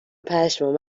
پشمام